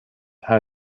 how